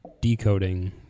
decoding